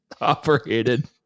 operated